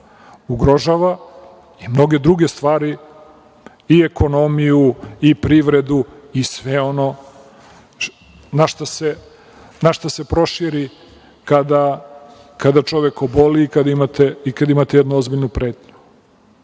ugrožava i mnoge druge stvari i ekonomiju, i privredu, i sve ono na šta se proširi kada čovek oboli, kada imate jednu ozbiljnu pretnju. Ja